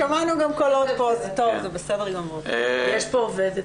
אני עובדת